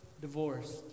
divorced